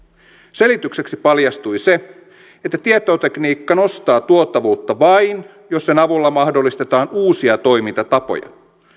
selitykseksi paljastui se että tietotekniikka nostaa tuottavuutta vain jos sen avulla mahdollistetaan uusia toimintatapoja